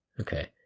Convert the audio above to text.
Okay